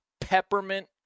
peppermint